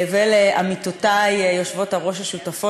ולעמיתותי יושבות-הראש השותפות,